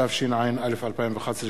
התשע"א 2011,